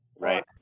Right